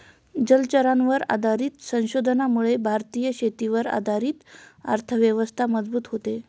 जलचरांवर आधारित संशोधनामुळे भारतीय शेतीवर आधारित अर्थव्यवस्था मजबूत होते